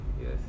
Yes